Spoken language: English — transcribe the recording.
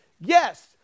yes